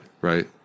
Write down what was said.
Right